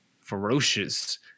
ferocious